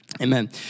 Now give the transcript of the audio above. Amen